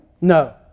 No